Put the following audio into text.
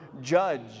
judge